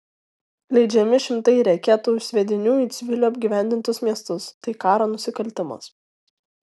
leidžiami šimtai reketų sviedinių į civilių apgyvendintus miestus tai karo nusikaltimas